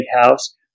house